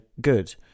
good